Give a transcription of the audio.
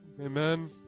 Amen